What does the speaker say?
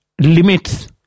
limits